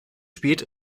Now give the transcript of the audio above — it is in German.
spät